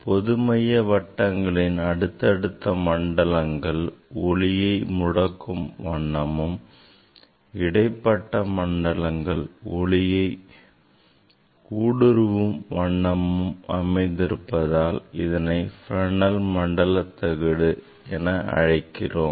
பொதுமைய வட்டங்களின் அடுத்தடுத்த மண்டலங்கள் ஒளியை முடக்கும் வண்ணமும் இடைப்பட்ட மண்டலங்கள் ஒளி ஊடுருவும் வண்ணமும் அமைந்திருந்தால் அதனை Fresnel மண்டல தகடு என அழைக்கிறோம்